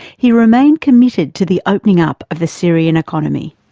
he remained committed to the opening up of the syrian economy.